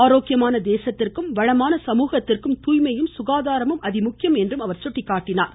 ஆரோக்கியமான தேசத்திற்கும் வளமான சமூகத்திற்கும் தாய்மையும் சுகாதாரமும் அதிமுக்கியம் என்று அவர் சுட்டிக்காட்டியுள்ளார்